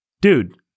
dude